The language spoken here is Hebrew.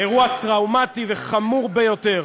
אירוע טראומטי וחמור ביותר